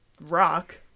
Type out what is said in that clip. rock